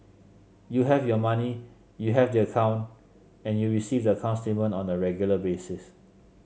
you have your money you have the account and you receive the account statement on a regular basis